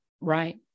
right